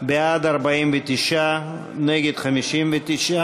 קבוצת סיעת המחנה הציוני וקבוצת סיעת הרשימה המשותפת לסעיף 164